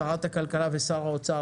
שרת הכלכלה ושר האוצר,